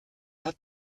hat